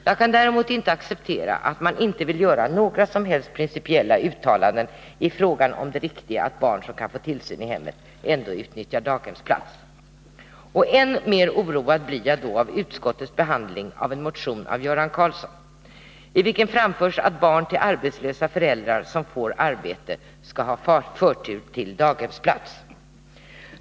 Jag kan däremot inte acceptera att man inte vill göra några som helst principiella uttalanden i fråga om det riktiga i att barn som kan få tillsyn i hemmet ändå utnyttjar daghemsplats. Än mer oroad blir jag av utskottets behandling av en motion av Göran Karlsson, i vilken framförs att barn till arbetslösa föräldrar som får arbete skall ha förtur till daghemsplats.